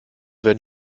wenn